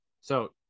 So-